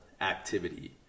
activity